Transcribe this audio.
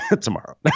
Tomorrow